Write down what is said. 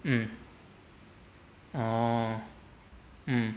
mm oh mm